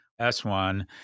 S1